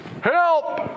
help